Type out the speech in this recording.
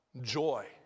Joy